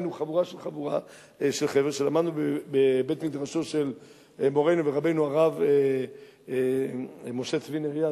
היינו חבורה שלמדנו בבית-מדרשו של מורנו ורבנו הרב משה צבי נריה,